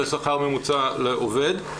זה שכר ממוצע לעובד.